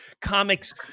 comics